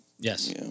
Yes